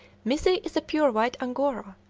mizzi is a pure white angora,